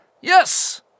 Yes